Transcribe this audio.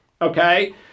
okay